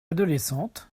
adolescente